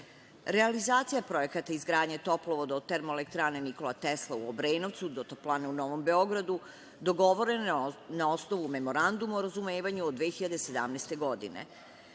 projekata. Realizacija projekta izgradnje toplovoda od Termoelektrane „Nikola Tesla“ u Obrenovcu do toplane u Novom Beogradu dogovoreno je na osnovu Memoranduma o razumevanju od 2017. godine.